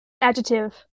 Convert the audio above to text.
Adjective